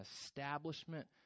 establishment